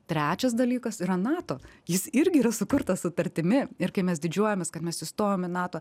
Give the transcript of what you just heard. trečias dalykas yra nato jis irgi yra sukurtas sutartimi ir kai mes didžiuojamės kad mes įstojom į nato